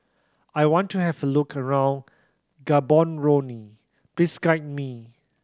I want to have a look around Gaborone please guide me